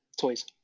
Toys